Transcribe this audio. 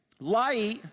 Light